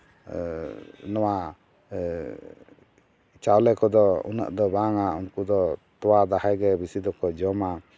ᱱᱚᱣᱟ ᱪᱟᱣᱞᱮ ᱠᱚᱫᱚ ᱩᱱᱟᱹᱜ ᱫᱚ ᱵᱟᱝ ᱟ ᱩᱱᱠᱩ ᱫᱚ ᱛᱳᱣᱟ ᱫᱟᱦᱮ ᱜᱮ ᱵᱮᱥᱤ ᱫᱚᱠᱚ ᱡᱚᱢᱟ